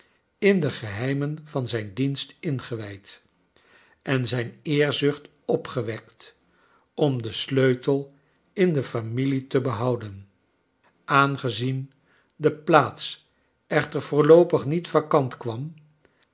in de geheimen van zijn dienst ingewijd en zijn eerzucht opgewekt om den sleutel in de familie te beli ou den aangezien de plaats cchter voorloopig niet vacant kwam